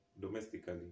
domestically